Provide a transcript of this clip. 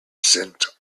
sent